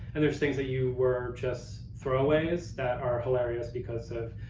and there's things that you were, just throwaways, that are hilarious because of,